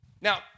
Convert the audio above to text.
Now